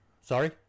sorry